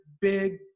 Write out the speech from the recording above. big